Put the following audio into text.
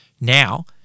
Now